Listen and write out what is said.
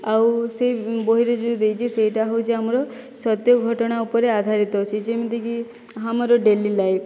ଆଉ ସେ ବହିରେ ଯେଉଁ ଦେଇଛି ସେଇଟା ହେଉଛି ଆମର ସତ୍ୟ ଘଟଣା ଉପରେ ଆଧାରିତ ସେ ଯେମିତିକି ଆମର ଡେଲି ଲାଇଫ